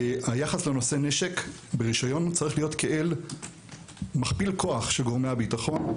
היחס לנשק ברישיון צריך להיות כאל מכפיל כוח של גורמי הביטחון.